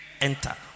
Enter